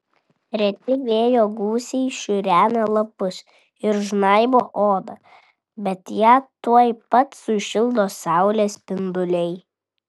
reti vėjo gūsiai šiurena lapus ir žnaibo odą bet ją tuoj pat sušildo saulės spinduliai